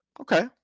Okay